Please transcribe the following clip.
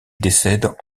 décède